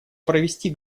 провести